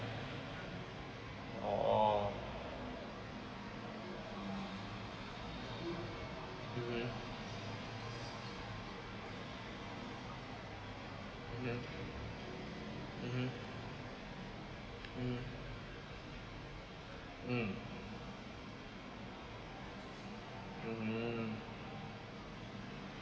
orh mmhmm mmhmm mmhmm mmhmm mm mmhmm